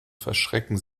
verschrecken